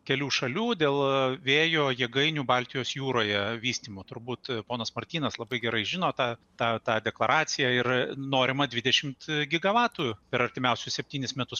kelių šalių dėl vėjo jėgainių baltijos jūroje vystymo turbūt ponas martynas labai gerai žino tą tą tą deklaraciją ir norimą dvidešimt gigavatų per artimiausius septynis metus